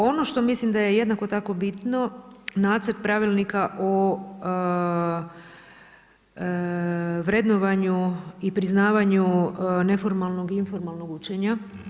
Ono što mislim da je jednako tako bitno, nacrt pravilnika o vrednovanju i priznavanju neformalnog i informalnog učenja.